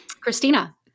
Christina